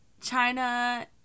China